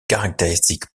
caractéristiques